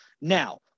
Now